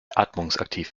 atmungsaktiv